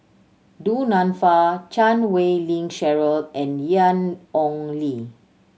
Du Nanfa Chan Wei Ling Cheryl and Ian Ong Li